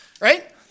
right